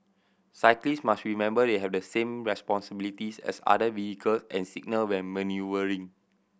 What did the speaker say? cyclist must remember they have the same responsibilities as other vehicle and signal when manoeuvring